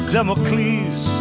Democles